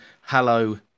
Hello